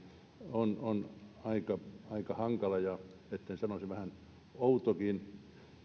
on aika hankala ja etten sanoisi vähän outokin